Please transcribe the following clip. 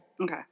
Okay